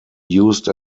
used